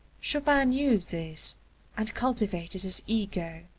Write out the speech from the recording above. chopin knew this and cultivated his ego.